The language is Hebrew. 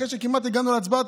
אחרי שכמעט הגענו להצבעה,